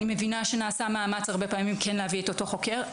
אני מבינה שנעשה מאמץ הרבה פעמים כן להביא את אותו חוקר,